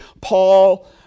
Paul